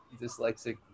dyslexic